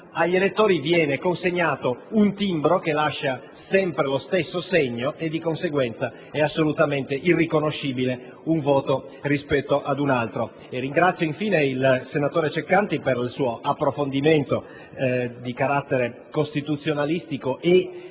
agli elettori un timbro che lascia sempre lo stesso segno. Di conseguenza è assolutamente irriconoscibile un voto rispetto ad un altro. Ringrazio, infine, il senatore Ceccanti per il suo approfondimento di carattere costituzionalistico e